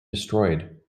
destroyed